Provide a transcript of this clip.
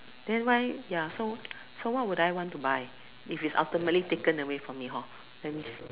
then why ya so so why would I want to buy if it's ultimately taken away from me hor